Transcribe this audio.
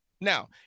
now